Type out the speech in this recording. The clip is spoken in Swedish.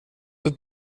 ett